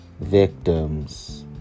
victims